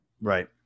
Right